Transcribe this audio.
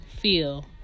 feel